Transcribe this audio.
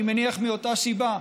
אני מניח מאותה סיבה,